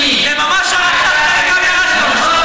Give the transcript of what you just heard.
זה ממש "הרצחת וגם ירשת".